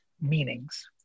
meanings